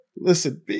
Listen